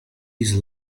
his